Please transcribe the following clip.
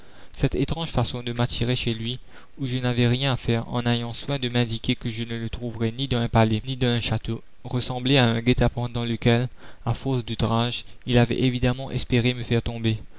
cette étrange façon de m'attirer chez lui où je n'avais rien à faire en ayant soin de m'indiquer que je ne le trouverais ni dans un palais ni dans un château ressemblait à un guet-apens dans lequel à force d'outrages il avait évidemment espéré me faire tomber